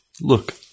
look